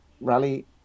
rally